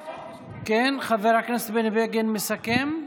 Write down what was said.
כן, חבר הכנסת בני בגין מסכם?